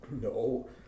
No